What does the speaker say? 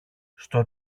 στο